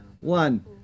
one